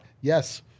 Yes